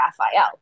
Raphael